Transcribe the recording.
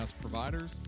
providers